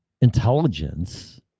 intelligence